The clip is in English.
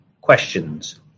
questions